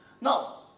Now